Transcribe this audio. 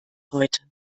heute